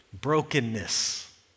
brokenness